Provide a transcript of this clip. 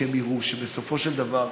כי הם יראו שבסופו של דבר,